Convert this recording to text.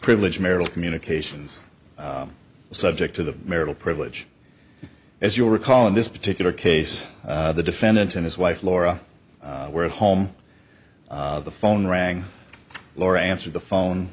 privilege marital communications subject to the marital privilege as you'll recall in this particular case the defendant and his wife laura were at home the phone rang laura answered the phone